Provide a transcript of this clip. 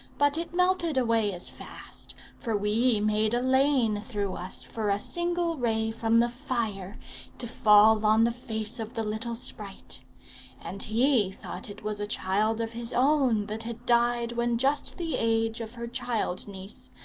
but it melted away as fast, for we made a lane through us for a single ray from the fire to fall on the face of the little sprite and he thought it was a child of his own that had died when just the age of her child-niece,